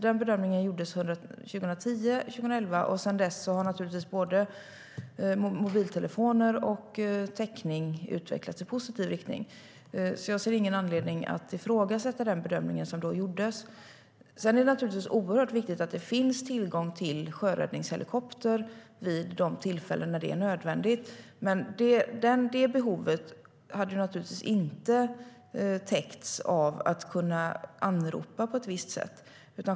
Den bedömningen gjordes 2010 och 2011. Sedan dess har naturligtvis både mobiltelefoner och täckning utvecklats i positiv riktning. Jag ser ingen anledning att ifrågasätta den bedömning som då gjordes. Sedan är det naturligtvis oerhört viktigt att det finns tillgång till sjöräddningshelikopter vid de tillfällen när det är nödvändigt. Men det behovet hade naturligtvis inte täckts av att man kunnat anropa på ett visst sätt.